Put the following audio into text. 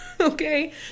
Okay